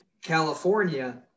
California